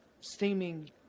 steaming